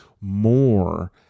more